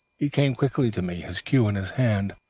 he came quickly to me, his cue in his hand.